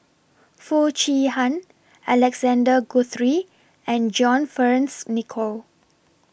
Foo Chee Han Alexander Guthrie and John Fearns Nicoll